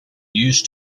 used